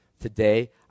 Today